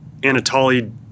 Anatoly